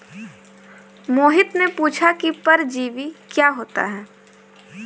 मोहित ने पूछा कि परजीवी क्या होता है?